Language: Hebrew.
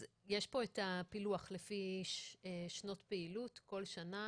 אז יש פה את הפילוח לפי שנות פעילות כל שנה,